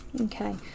Okay